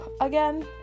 again